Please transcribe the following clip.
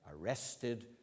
arrested